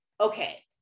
okay